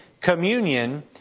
Communion